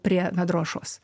prie vedrošos